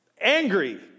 angry